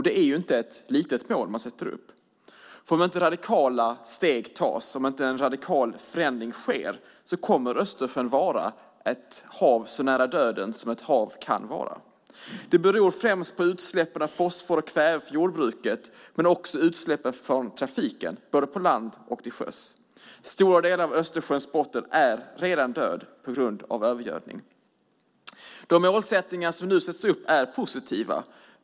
Det är inte ett litet mål man sätter upp, för om inte radikala steg tas, om en radikal förändring inte sker, kommer Östersjön att vara ett hav så nära döden som ett hav kan vara. Det beror främst på utsläppen av fosfor och kväve från jordbruket men också på utsläppen från trafiken - både på land och till sjöss. Stora delar av Östersjöns botten är redan döda på grund av övergödning. De mål som satts upp är positiva.